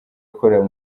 akorera